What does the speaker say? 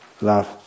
love